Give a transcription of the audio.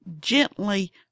Gently